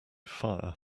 fire